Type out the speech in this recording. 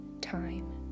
time